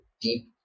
deep